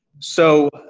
so,